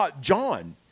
John